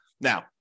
now